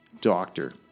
Doctor